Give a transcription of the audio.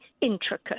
intricate